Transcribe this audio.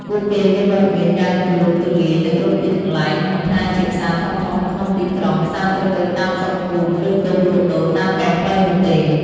ពួកគេមានវត្តមានយ៉ាងទូលំទូលាយនៅគ្រប់ទីកន្លែង មិនថាជាផ្សារធំៗក្នុងទីក្រុង ផ្សារតូចៗតាមស្រុកភូមិ ឬតូបលក់ដូរតាមដងផ្លូវនោះទេ។